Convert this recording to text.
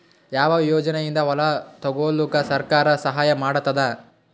ಯಾವ ಯೋಜನೆಯಿಂದ ಹೊಲ ತೊಗೊಲುಕ ಸರ್ಕಾರ ಸಹಾಯ ಮಾಡತಾದ?